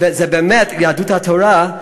זה באמת יהדות התורה,